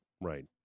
Right